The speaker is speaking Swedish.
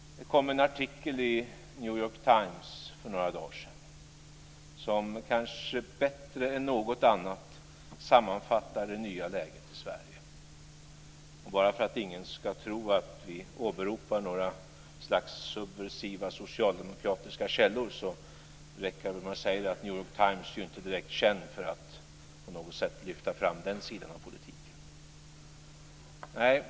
Det kom en artikel i New York Times för några dagar sedan som kanske bättre än något annat sammanfattar det nya läget i Sverige. Bara för att ingen ska tro att vi åberopar några subversiva socialdemokratiska källor räcker det med att säga att New York Times inte är känd för att lyfta fram den sidan av politiken.